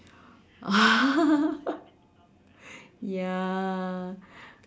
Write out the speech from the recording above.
uh ya